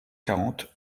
quarante